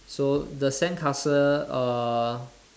so the sandcastle uh